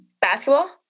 basketball